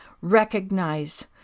recognize